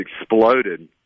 exploded